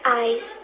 eyes